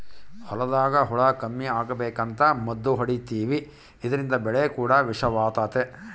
ಹೊಲದಾಗ ಹುಳ ಕಮ್ಮಿ ಅಗಬೇಕಂತ ಮದ್ದು ಹೊಡಿತಿವಿ ಇದ್ರಿಂದ ಬೆಳೆ ಕೂಡ ವಿಷವಾತತೆ